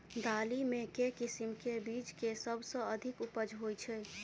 दालि मे केँ किसिम केँ बीज केँ सबसँ अधिक उपज होए छै?